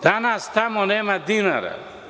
Danas tamo nema dinara.